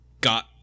got